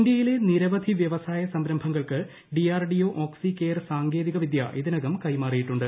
ഇന്ത്യയിലെ നിരവധി വ്യവസായ സംരംഭങ്ങൾക്ക് ഡിആർഡിഒ ഓക്സി കെയർ സാങ്കേതികവിദൃ ഇതിനകം കൈമാറിയിട്ടുണ്ട്